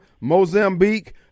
Mozambique